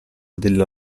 della